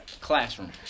classroom